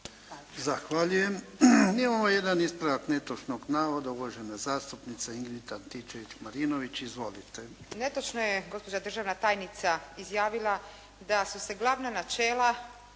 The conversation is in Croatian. Zahvaljujem. Imamo jedan ispravak netočnog navoda. Uvažena zastupnica Ingrid Antičević-Marinović. Izvolite. **Antičević Marinović, Ingrid (SDP)** Netočno je gospođa državna tajnica izjavila da što se glavna načela